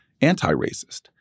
anti-racist